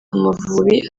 amavubi